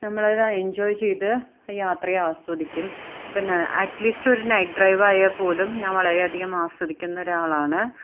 നമ്മൾ അത് എന്ജോയ് ചെയ്ത് യാത്രയെ ആസ്വദിക്കും പിന്നെ അറ്റ് ലീസ്റ്റ് ഒരു നൈറ്റ് ഡ്രൈവ് ആയാൽ പോലും ഞാൻ വളരെ അധികം ആസ്വദിക്കുന്ന ഒരാളാണ്